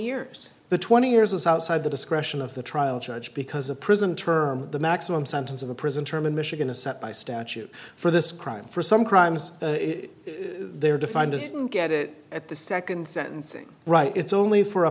years the twenty years is outside the discretion of the trial judge because a prison term the maximum sentence of a prison term in michigan is set by statute for this crime for some crimes they're defined to get it at the second sentencing right it's only for a